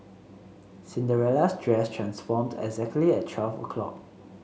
Cinderella's dress transformed exactly at twelve o'clock